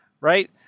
right